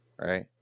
right